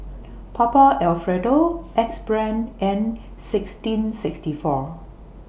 Papa Alfredo Axe Brand and sixteen sixty four